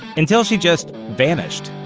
until she just, vanished.